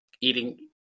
eating